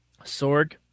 Sorg